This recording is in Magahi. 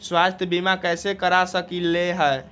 स्वाथ्य बीमा कैसे करा सकीले है?